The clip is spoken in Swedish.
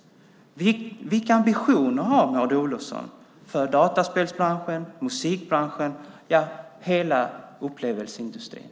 Vilka ambitioner har Maud Olofsson för dataspelsbranschen, musikbranschen och hela upplevelseindustrin?